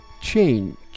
Change